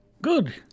Good